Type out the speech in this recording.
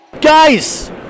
Guys